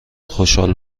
خوشحال